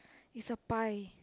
it's a pie